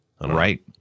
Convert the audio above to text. right